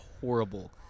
horrible